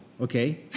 okay